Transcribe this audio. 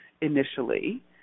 initially